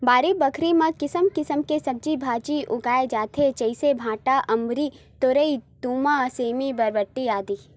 बाड़ी बखरी म किसम किसम के सब्जी भांजी उगाय जाथे जइसे भांटा, अमारी, तोरई, तुमा, सेमी, बरबट्टी, आदि